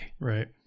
right